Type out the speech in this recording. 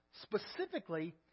specifically